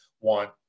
want